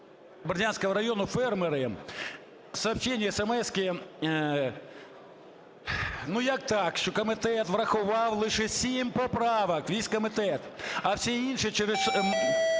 Бердянського району фермери, сообщения, есемески, ну, як так, що комітет врахував лише 7 поправок, весь комітет? А всі інші через…